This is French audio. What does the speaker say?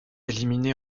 éliminé